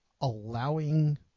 allowing